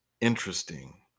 interesting